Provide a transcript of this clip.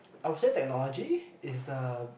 I'll say technology is the